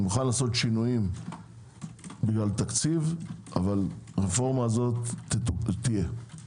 אני לעשות שינויים בגלל תקציב אבל הרפורמה הזו תהיה.